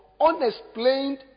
unexplained